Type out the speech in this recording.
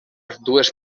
dues